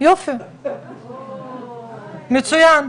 יופי, מצוין.